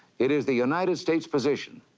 it is the united states position,